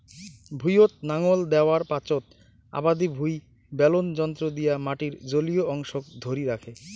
ভুঁইয়ত নাঙল দ্যাওয়ার পাচোত আবাদি ভুঁই বেলন যন্ত্র দিয়া মাটির জলীয় অংশক ধরি রাখে